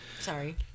Sorry